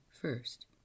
first